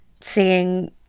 seeing